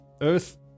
Earth